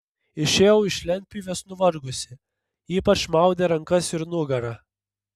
išėjau iš lentpjūvės nuvargusi ypač maudė rankas ir nugarą